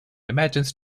imagines